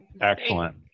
Excellent